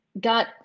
got